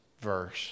verse